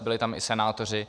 Byli tam i senátoři.